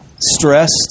Stressed